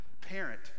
parent